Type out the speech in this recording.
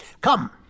Come